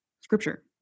scripture